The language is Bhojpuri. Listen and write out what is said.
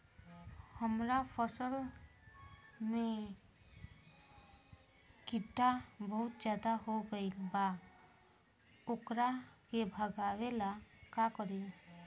हमरा फसल में टिड्डा बहुत ज्यादा हो गइल बा वोकरा के भागावेला का करी?